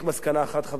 חברי חברי הכנסת,